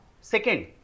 Second